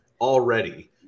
already